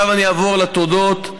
עכשיו אני אעבור לתודות,